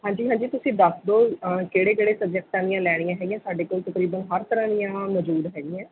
ਹਾਂਜੀ ਹਾਂਜੀ ਤੁਸੀਂ ਦਸ ਦਿਓ ਕਿਹੜੇ ਕਿਹੜੇ ਸਬਜੈਕਟਾਂ ਦੀਆਂ ਲੈਣੀਆਂ ਹੈਗੀਆਂ ਸਾਡੇ ਕੋਲ ਤਕਰੀਬਨ ਹਰ ਤਰ੍ਹਾ ਦੀਆਂ ਮੌਜੂਦ ਹੈਗੀਆਂ